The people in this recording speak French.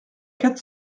quatre